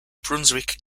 brunswick